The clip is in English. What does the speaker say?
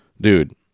Dude